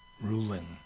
ruling